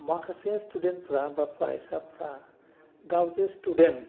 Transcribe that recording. माखासे स्टुडेन्टफ्रा बा फरायसाफ्रा गाव जे स्टुडेन्ट